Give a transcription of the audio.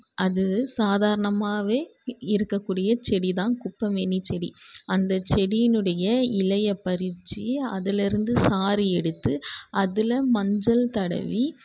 அது சாதாரணமாகவே இருக்கக்கூடிய செடி தான் குப்பைமேனி செடி அந்தச் செடியினுடைய இலையை பறித்து அதில் இருந்து சாறு எடுத்து அதில் மஞ்சள் தடவி